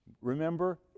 Remember